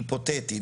היפותטית,